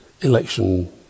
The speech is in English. election